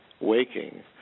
waking